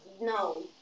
no